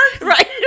right